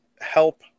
help